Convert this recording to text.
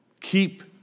Keep